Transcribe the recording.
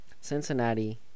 cincinnati